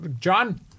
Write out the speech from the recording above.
John